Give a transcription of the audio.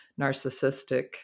narcissistic